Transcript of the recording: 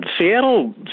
Seattle